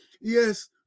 Yes